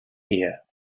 here